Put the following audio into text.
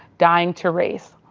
dying to race.